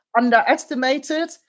underestimated